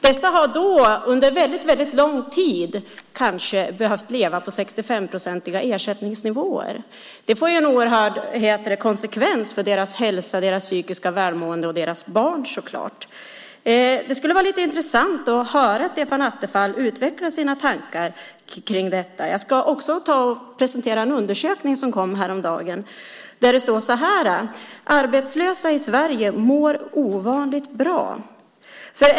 Dessa har under väldigt lång tid kanske behövt leva med 65-procentiga ersättningsnivåer. Det får en oerhörd konsekvens för deras hälsa, deras psykiska välmående och deras barns, så klart. Det skulle vara lite intressant att höra Stefan Attefall utveckla sina tankar kring detta. Jag ska presentera en undersökning som kom häromdagen. Där står så här: Arbetslösa i Sverige mår ovanligt bra.